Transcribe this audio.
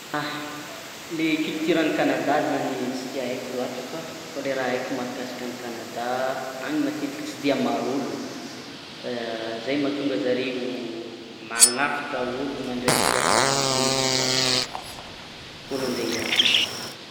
Le kulturan'i Kanada zany tsy dia aiko loatra fa le raha aiko makasikan'i Kanadaz, any matetiky tsy dia maro olo, zay matonga zareo magnafatra olo mandray mpiasa marobe izy koa olo ande hiasa.